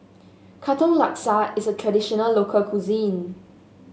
Katong Laksa is a traditional local cuisine